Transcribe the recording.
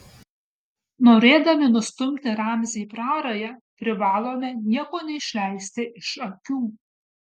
norėdami nustumti ramzį į prarają privalome nieko neišleisti iš akių